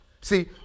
See